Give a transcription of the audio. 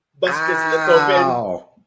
Wow